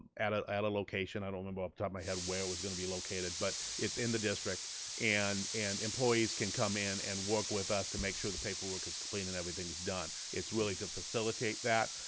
at a and location, i don't remember off the top my head where it was gonna be located, but it's in the district and and employees can come in and work with us to make sure the paperwork is complete and everything's done. it's really to facilitate that.